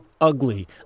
ugly